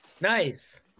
Nice